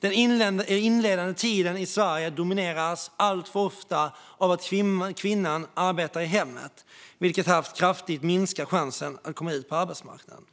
Den inledande tiden i Sverige domineras alltför ofta av att kvinnan arbetar i hemmet, vilket kraftigt minskar chansen att komma ut på arbetsmarknaden.